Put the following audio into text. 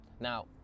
Now